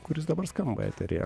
kuris dabar skamba eteryje